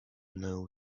know